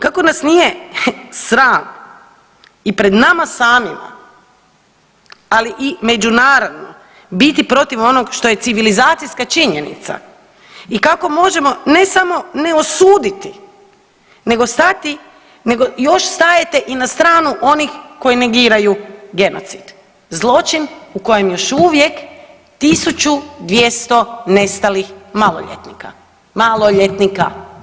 Kako nas nije sram i pred nama samima, ali i međunarodno biti protiv onog što je civilizacijska činjenica i kako možemo ne samo ne osuditi, nego stati, nego još stajete i na stranu onih koji negiraju genocid – zločin u kojem još uvijek 1200 nestalih maloljetnika, maloljetnika.